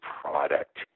product